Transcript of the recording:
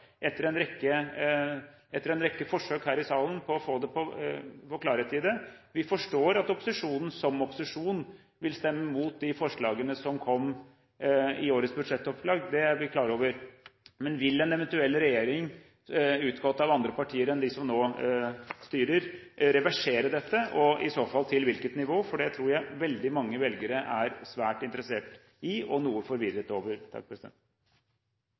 etter en rekke forsøk her i salen på å få klarhet i det. Vi forstår at opposisjonen som opposisjon vil stemme mot de forslagene som kom i årets budsjettoppslag, det er vi klar over. Men vil en eventuell regjering utgått av andre partier enn de som nå styrer, reversere dette og i så fall til hvilket nivå? Det tror jeg veldig mange velgere er svært interessert i og noe forvirret over.